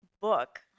book